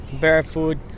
barefoot